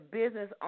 business